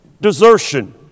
desertion